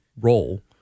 role